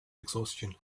exhaustion